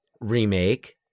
remake